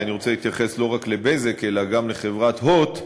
כי אני רוצה להתייחס לא רק ל"בזק" אלא גם לחברת "הוט",